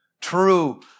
True